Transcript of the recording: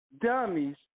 dummies